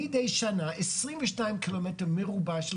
מדי שנה עשרים ושתיים קילומטר מרובע של